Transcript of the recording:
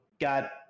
got